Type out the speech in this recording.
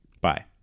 Bye